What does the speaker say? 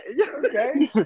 Okay